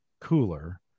cooler